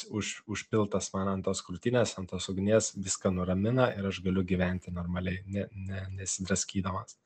už užpiltas man ant tos krūtinės ant tos ugnies viską nuramina ir aš galiu gyventi normaliai ne ne nesidraskydamas